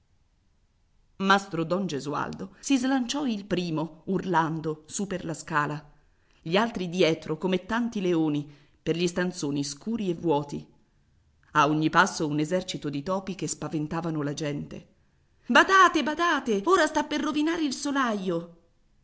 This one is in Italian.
dunque mastro don gesualdo si slanciò il primo urlando su per la scala gli altri dietro come tanti leoni per gli stanzoni scuri e vuoti a ogni passo un esercito di topi che spaventavano la gente badate badate ora sta per rovinare il solaio